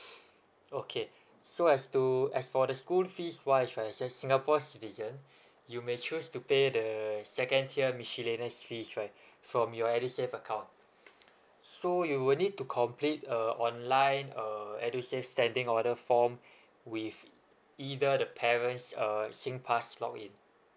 okay so as to as for the school fees wise should I say singapore citizen you may choose to pay the second tier miscellanous fees right from your edusave account so you will need to complete a online uh edusave standing order form with either the parents uh singpass log in